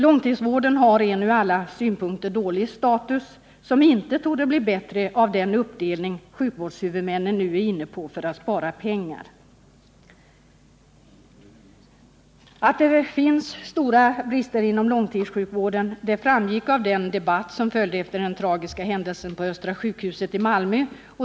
Långtidsvården har en från alla synpunkter dålig status, som inte torde bli bättre av den uppdelning sjukvårdshuvudmännen nu är inne på för att spara pengar. Att det finns stora brister inom långtidssjukvården framgick av den debatt som följde efter den tragiska händelsen på Östra sjukhuset i Malmö.